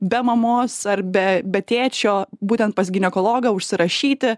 be mamos ar be be tėčio būtent pas ginekologą užsirašyti